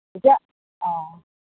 এতিয়া অঁ